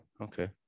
okay